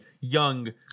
young